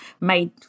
made